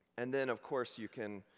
and then, of course, you can